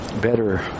better